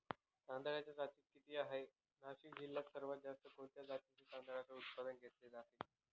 तांदळाच्या जाती किती आहेत, नाशिक जिल्ह्यात सर्वात जास्त कोणत्या जातीच्या तांदळाचे उत्पादन घेतले जाते?